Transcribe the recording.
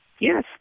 Yes